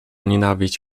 nienawiść